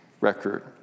record